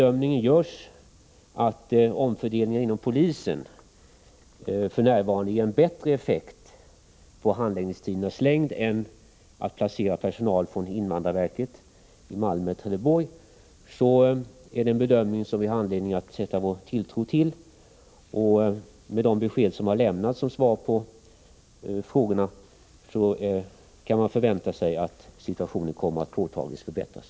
Att omfördelningar inom polisen f.n. ger en bättre effekt när det gäller handläggningstidernas längd än insättande av personal från invandrarverket i Malmö och Trelleborg är en bedömning som vi har anledning att sätta vår tilltro till. Med de besked som har lämnats som svar på frågorna kan man förvänta sig att situationen kommer att påtagligt förbättras.